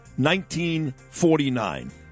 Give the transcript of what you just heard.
1949